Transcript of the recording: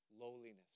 lowliness